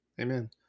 Amen